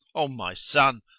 o my son,